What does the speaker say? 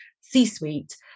C-suite